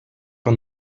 van